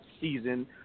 season